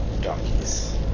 donkeys